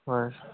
হয়